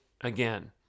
again